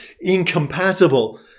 incompatible